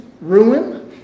ruin